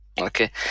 Okay